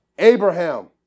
Abraham